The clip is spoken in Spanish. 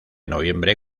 noviembre